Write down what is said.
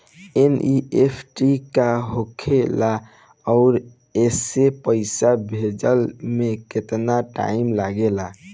NEFT का होखे ला आउर एसे पैसा भेजे मे केतना टाइम लागेला?